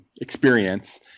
experience